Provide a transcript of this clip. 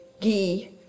ghee